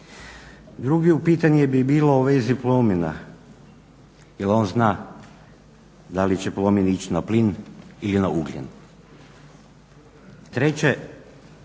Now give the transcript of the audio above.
Drugo pitanje bi bilo u vezi Plomina, jel on zna da li će Plomin ići na plin ili na ugljen?